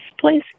please